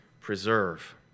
preserve